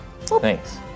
Thanks